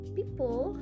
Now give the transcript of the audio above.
people